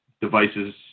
devices